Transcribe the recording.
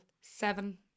seven